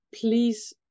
please